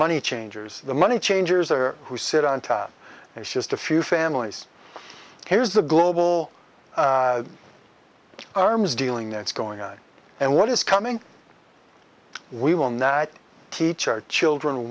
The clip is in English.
money changers the money changers or who sit on top there's just a few families here's the global arms dealing that's going on and what is coming we will not teach our children